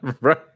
Right